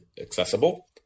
accessible